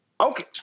Okay